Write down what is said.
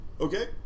Okay